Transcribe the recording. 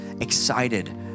excited